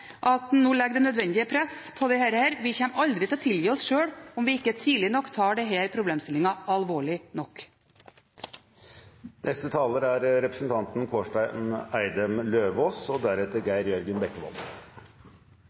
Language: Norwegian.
at en nå legger det nødvendige press på dette. Vi kommer aldri til å tilgi oss sjøl om vi ikke tidlig nok tar denne problemstillingen alvorlig nok. Det virker som det er veldig stor enighet, og bra er det, for kampfiksing ødelegger og